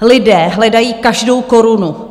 Lidé hledají každou korunu.